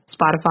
Spotify